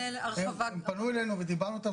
הם פנו אלינו ודיברנו איתם,